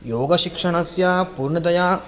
योगशिक्षणस्य पूर्णतया